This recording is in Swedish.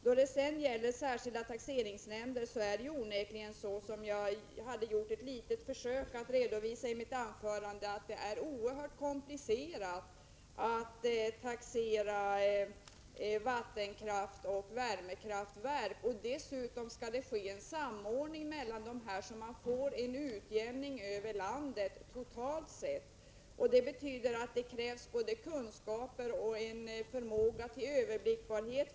När det gäller den särskilda taxeringen är det ju onekligen — som jag i mitt anförande gjorde ett litet försök att redovisa — så att det är oerhört komplicerat att taxera vattenkraftoch värmekraftverk. Det skall dessutom ske en samordning mellan dessa, så att man får en utjämning över landet totalt sett. För att få denna balans krävs både kunskaper och en förmåga till överblickbarhet.